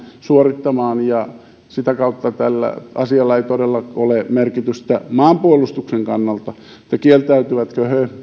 suorittamaan ja sitä kautta tällä asialla ei todella ole merkitystä maanpuolustuksen kannalta mutta jos he kieltäytyvät